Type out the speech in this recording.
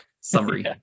summary